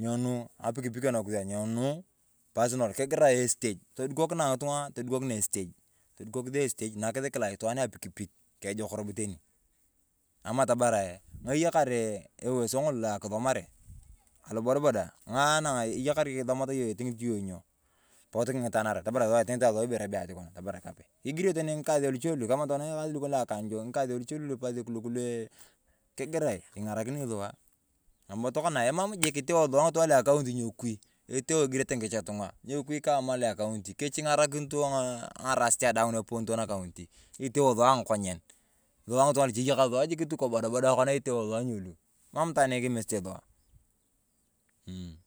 nyonu ng’apikpikio nakusia nyenu pasanal. Kigerae estej, todukakinae ng’itung'a todukakinae estej, nakis kilaa itwaan apikpik ejok robo teni. Amaa tamarae ng’ae eyakar eweso ng’olo akosomare, alo bodaabodaa isomat yong iting’it nyo. Bot king’itanarae, eting’itae sua ibere bee atii konaa. Igirio teni ng’ikasea luche luakanjoo, ng’akosea luche lu pasiyek luku kigirae ing’arakinoi sua. Ari boo tonaa emam jik iteo sua ng'itung'a lua akaunti nyekui igeretee ng’ikech tung’a, nyekui kamaa lua akaunti, kechi ingara kinito ng’ang’arasitia daang nu eponitio nakaunti. Iteo sua ang’akonyen. Sua luche eyakare tu sua bodaabodaa iteo sua nyelu, emam itwaan kimisit sua mmh.